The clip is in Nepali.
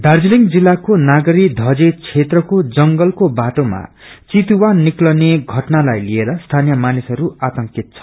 दार्जीलिङ जिल्लाको नागरी धजे क्षेत्रको तजंगलको बाटोमा चितुवा निकस्ने घटनालाई लिएर स्थानीय मानिसहरू आतंकित छन्